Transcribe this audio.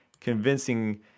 convincing